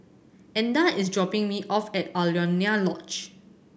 Edna is dropping me off at Alaunia Lodge